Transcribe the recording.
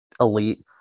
elite